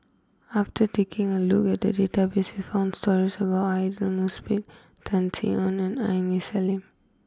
after taking a look at the database we found stories about Aidli Mosbit Tan Sin Aun and Aini Salim